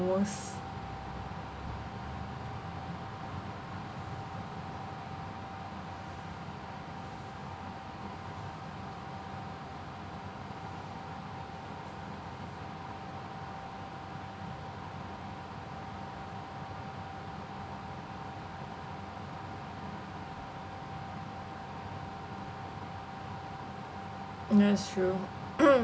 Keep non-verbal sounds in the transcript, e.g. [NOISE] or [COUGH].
most that's true [COUGHS]